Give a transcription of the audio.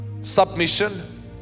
Submission